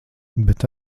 bet